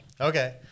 okay